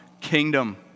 kingdom